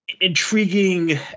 intriguing